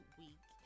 week